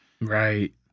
right